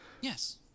Yes